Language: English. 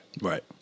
Right